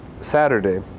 Saturday